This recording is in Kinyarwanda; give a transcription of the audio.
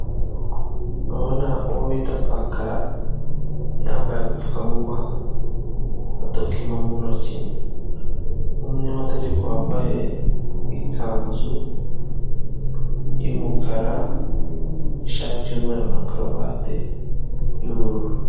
Ndabona uwo bita Sankara, yambaye agapfukamunwa na dokima mu ntoki n'umunyamategeko wambaye ikanzu y'umukara, ishati y'umweru na karuvati y'ubururu.